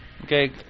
Okay